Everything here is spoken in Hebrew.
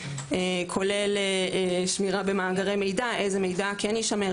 כולל שמירה במאגרי מידע איזה מידע כן יישמר,